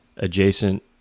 adjacent